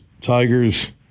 Tigers